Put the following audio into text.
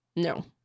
No